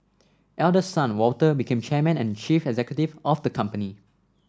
eldest son Walter became chairman and chief executive of the company